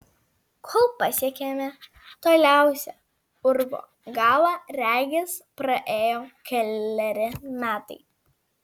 kol pasiekėme toliausią urvo galą regis praėjo keleri metai